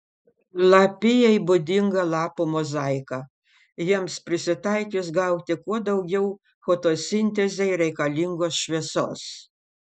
lapijai būdinga lapų mozaika jiems prisitaikius gauti kuo daugiau fotosintezei reikalingos šviesos